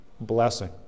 blessing